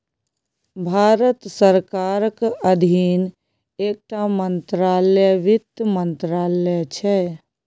भारत सरकारक अधीन एकटा मंत्रालय बित्त मंत्रालय छै